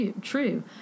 true